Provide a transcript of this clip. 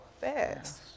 fast